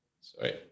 sorry